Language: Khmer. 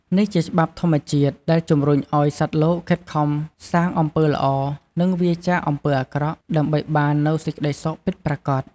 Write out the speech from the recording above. នេះជាច្បាប់ធម្មជាតិដែលជំរុញឲ្យសត្វលោកខិតខំសាងអំពើល្អ និងវៀរចាកអំពើអាក្រក់ ដើម្បីបាននូវសេចក្តីសុខពិតប្រាកដ។